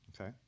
Okay